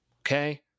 Okay